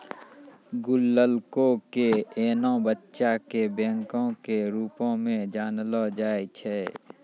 गुल्लको के एना बच्चा के बैंको के रुपो मे जानलो जाय छै